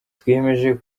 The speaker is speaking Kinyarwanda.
twiyemeje